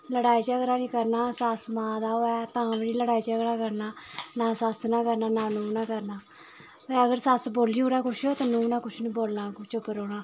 लड़ाई झगड़ा निं करना सस्स मां दा होऐ तां बी लड़ाई झगड़ा करना ना सस्स ने करना ना नूंह् ने करना अगर सस्स बोली ओड़ै कुछ ते नूंह् ने कुछ निं बोलना अग्गूं चुप रौह्ना